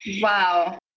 Wow